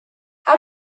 how